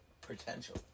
potential